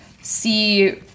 see